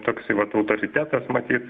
toksai vat autoritetas matyt